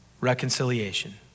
reconciliation